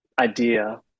idea